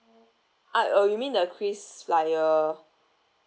ah uh you mean the quiz flyer